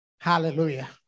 Hallelujah